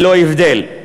ללא הבדל.